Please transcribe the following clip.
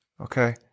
okay